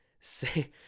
say